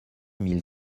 mille